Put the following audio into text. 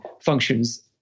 functions